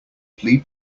plead